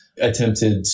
attempted